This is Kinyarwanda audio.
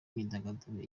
myidagaduro